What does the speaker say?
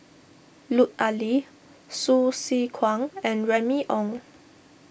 Lut Ali Hsu Tse Kwang and Remy Ong